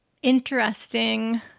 Interesting